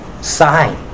sign